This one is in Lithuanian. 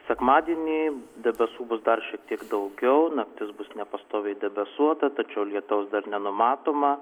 sekmadienį debesų bus dar šiek tiek daugiau naktis bus nepastoviai debesuota tačiau lietaus dar nenumatoma